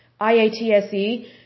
IATSE